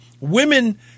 women